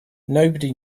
nobody